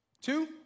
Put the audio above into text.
Two